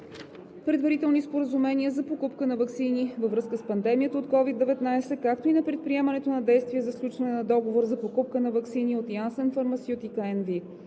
предварителни споразумения за покупка на ваксини във връзка с пандемията от СОVID-19, както и на предприемането на действия за сключване на договор за покупка на ваксини от Janssen